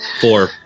Four